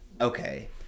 okay